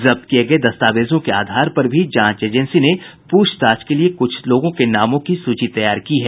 जब्त किये गये दस्तावेजों के आधार पर भी जांच एजेंसी ने प्रछताछ के लिये कुछ लोगों के नामों की सूची तैयार की है